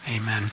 Amen